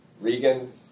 Regan